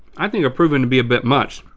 i think are proven to be a bit much.